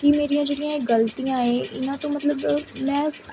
ਕਿ ਮੇਰੀਆਂ ਜਿਹੜੀਆਂ ਗਲਤੀਆਂ ਹੈ ਇਹਨਾਂ ਤੋਂ ਮਤਲਬ ਮੈਂ